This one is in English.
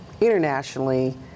internationally